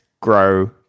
grow